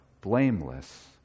blameless